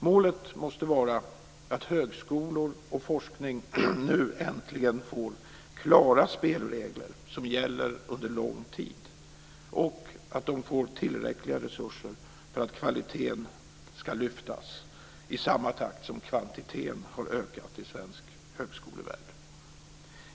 Målet måste vara att högskolor och forskning nu äntligen får klara spelregler som gäller under lång tid och att de får tillräckliga resurser för att kvaliteten ska lyftas i samma takt som kvantiteten har ökat i svensk högskolevärld.